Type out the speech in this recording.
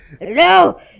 No